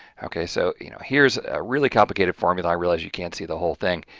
okay, so you know, here's a really complicated formula, i realize you can't see the whole thing,